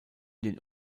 den